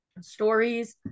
stories